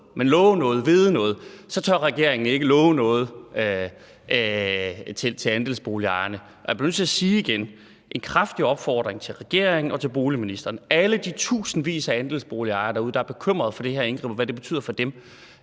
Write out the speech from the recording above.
men love noget og vide noget – tør regeringen ikke love noget til andelsboligejerne. Jeg bliver nødt til at sige igen i en kraftig opfordring til regeringen og til boligministeren: Hjælp alle de tusindvis af andelsboligejere derude, der er bekymrede for det her indgreb, og hvad det betyder for dem,